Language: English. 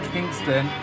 Kingston